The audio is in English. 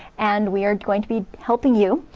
and we are going to be helping you,